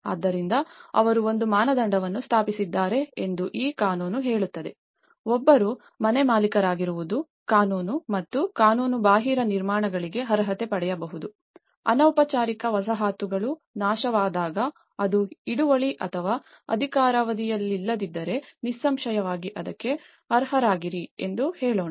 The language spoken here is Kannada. ಆದ್ದರಿಂದ ಅವರು ಒಂದು ಮಾನದಂಡವನ್ನು ಸ್ಥಾಪಿಸಿದ್ದಾರೆ ಎಂದು ಈ ಕಾನೂನು ಹೇಳುತ್ತದೆ ಒಬ್ಬರು ಮನೆಮಾಲೀಕರಾಗಿರುವುದು ಕಾನೂನು ಮತ್ತು ಕಾನೂನುಬಾಹಿರ ನಿರ್ಮಾಣಗಳಿಗೆ ಅರ್ಹತೆ ಪಡೆಯಬಹುದು ಅನೌಪಚಾರಿಕ ವಸಾಹತುಗಳು ನಾಶವಾದಾಗ ಅದು ಹಿಡುವಳಿ ಅಥವಾ ಅಧಿಕಾರಾವಧಿಯಲ್ಲದಿದ್ದಲ್ಲಿ ನಿಸ್ಸಂಶಯವಾಗಿ ಅದಕ್ಕೆ ಅರ್ಹರಾಗಿರಿ ಎಂದು ಹೇಳೋಣ